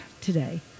today